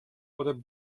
oder